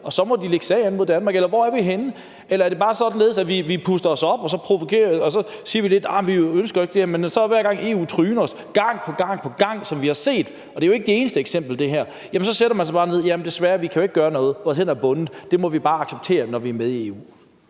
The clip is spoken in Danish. Og så må de lægge sag an mod Danmark. Eller hvor er vi henne? Eller er det bare således, at vi puster os op og siger, at vi ikke ønsker det her, men hver gang EU tryner os, som vi har set gang på gang på gang – og det her er jo ikke det eneste eksempel – så sætter man sig bare ned og siger: Jamen desværre, vi kan ikke gøre noget, vores hænder er bundet; det må vi bare acceptere, når vi er med i EU.